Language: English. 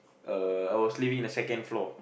uh I was living in the second floor